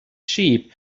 sheep